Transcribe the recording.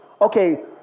Okay